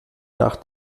nach